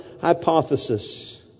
hypothesis